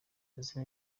ndetse